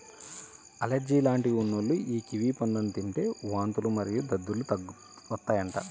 allergy లాంటివి ఉన్నోల్లు యీ కివి పండ్లను తింటే వాంతులు మరియు దద్దుర్లు వత్తాయంట